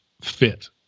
fit